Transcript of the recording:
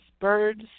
birds